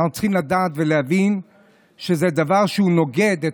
אנחנו צריכים לדעת ולהבין שזה דבר שהוא נוגד את